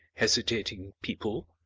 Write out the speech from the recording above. hesitating people?